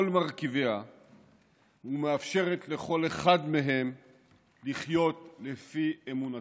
מרכיביה ומאפשרת לכל אחד מהם לחיות לפי אמונתו.